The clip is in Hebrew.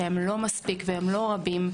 שהם לא מספיקים והם לא רבים,